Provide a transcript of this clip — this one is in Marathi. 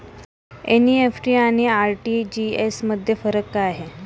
एन.इ.एफ.टी आणि आर.टी.जी.एस मध्ये काय फरक आहे?